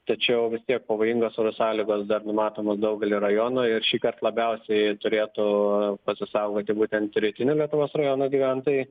tačiau vis tiek pavojingos oro sąlygos dar numatomos daugelyje rajonų ir šįkart labiausiai turėtų pasisaugoti būtent rytinių lietuvos rajonų gyventojai